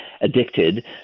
addicted